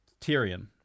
Tyrion